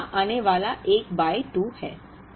तो यहाँ आने वाला एक बाय 2 है